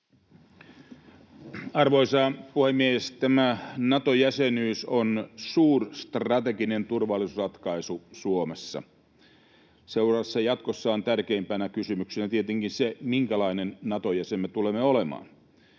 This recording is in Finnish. Arvoisa puhemies! Tämä Nato-jäsenyys on suurstrateginen turvallisuusratkaisu Suomessa. Seuraavassa jatkossa on tärkeimpänä kysymyksenä tietenkin se, minkälainen Nato-jäsen me tulemme olemaan.